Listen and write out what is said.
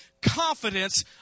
confidence